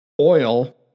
oil